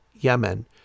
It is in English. Yemen